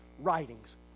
writings